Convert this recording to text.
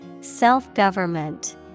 Self-government